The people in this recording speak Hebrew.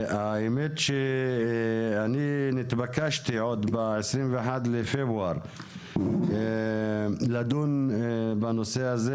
האמת היא שאני נתבקשתי עוד ב-21 בפברואר לדון בנושא הזה.